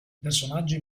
personaggio